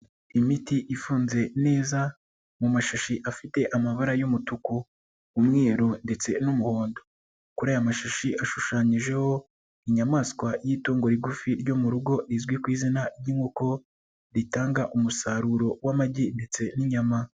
lmiti ifunze neza mu mashashi afite amabara y'umutuku, umweru ndetse n'umuhondo ,kuri aya mashashi ashushanyijeho inyamaswa y'itungo rigufi ryo mu rugo, rizwi ku izina ry'inkoko ritanga umusaruro w'amagi ndetse n'inyama.